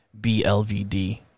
BLVD